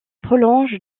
prolonge